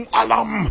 alam